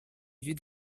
vivait